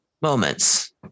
moments